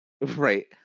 Right